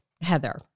Heather